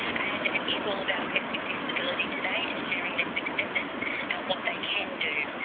and it is all about people with disability today and sharing their successes and what they can do,